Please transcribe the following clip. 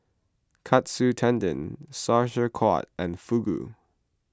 Katsu Tendon Sauerkraut and Fugu